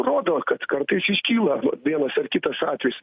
rodo kad kartais iškyla vienas ar kitas atvejis